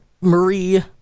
Marie